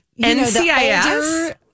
NCIS